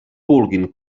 vulguin